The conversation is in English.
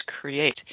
create